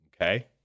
Okay